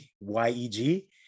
y-e-g